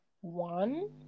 one